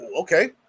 Okay